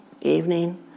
evening